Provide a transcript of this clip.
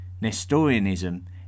Nestorianism